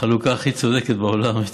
החלוקה הכי צודקת בעולם,